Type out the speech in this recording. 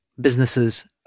businesses